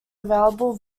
available